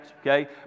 okay